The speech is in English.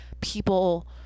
people